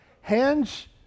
Hands